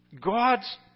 God's